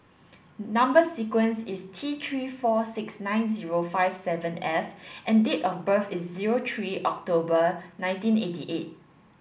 number sequence is T three four six nine zero five seven F and date of birth is zero three October nineteen eighty eight